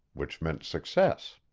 which meant success.